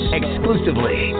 exclusively